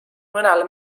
mõnel